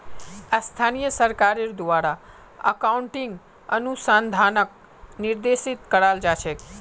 स्थानीय सरकारेर द्वारे अकाउन्टिंग अनुसंधानक निर्देशित कराल जा छेक